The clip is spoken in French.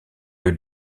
lieu